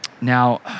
Now